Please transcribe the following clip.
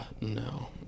No